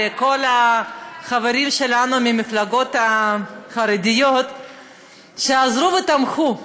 לכל החברים שלנו מהמפלגות החרדיות שעזרו ותמכו.